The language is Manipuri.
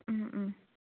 ꯎꯝ ꯎꯝ